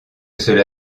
cela